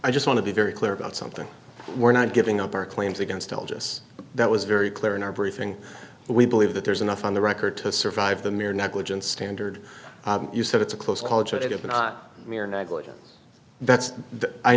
i just want to be very clear about something we're not giving up our claims against tells us that was very clear in our briefing we believe that there's enough on the record to survive the mere negligence standard you said it's a close call it of not mere negligence that's